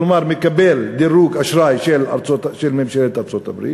כלומר מקבל דירוג אשראי של ממשלת ארצות-הברית,